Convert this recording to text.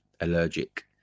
allergic